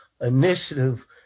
initiative